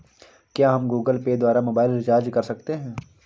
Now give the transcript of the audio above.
क्या हम Google Pay द्वारा मोबाइल रिचार्ज कर सकते हैं?